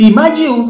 Imagine